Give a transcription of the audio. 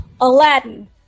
Aladdin